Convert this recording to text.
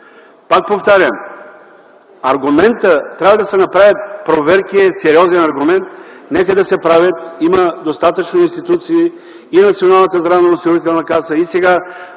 Пак повтарям, аргументът, че трябва да се направят проверки, е сериозен аргумент. Нека да се правят. Има достатъчно институции – и Националната здравноосигурителна каса, и сега